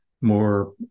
more